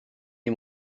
nie